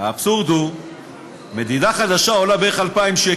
האבסורד הוא שמדידה חדשה עולה בערך 2,000 שקל.